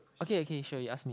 okay okay sure you ask me